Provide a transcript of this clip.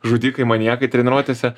žudikai maniakai treniruotėse